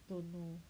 I don't know